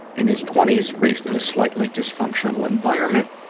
in his twenty s, raised in a slightly dysfunctional environment,